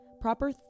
proper